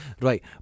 right